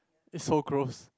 it's so gross